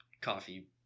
coffee